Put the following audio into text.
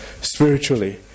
spiritually